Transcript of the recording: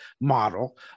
model